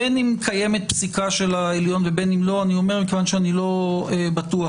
בין אם קיימת פסיקה של העליון ובין אם לא כיוון שאיני בטוח,